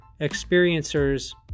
experiencers